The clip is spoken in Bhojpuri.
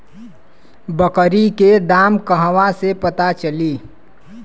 बकरी के दाम कहवा से पता चली?